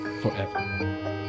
forever